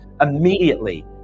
immediately